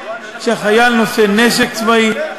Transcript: כשהחייל נושא נשק צבאי,